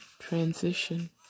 transition